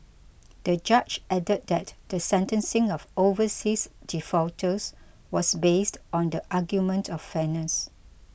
the judge added that the sentencing of overseas defaulters was based on the argument of fairness